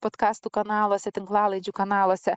podkastų kanaluose tinklalaidžių kanaluose